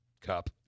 cup